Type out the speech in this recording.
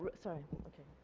ah sorry okay.